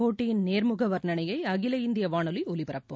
போட்டியின் நேர்முக வர்ணனையை அகில இந்திய வானொலி ஒலிபரப்பும்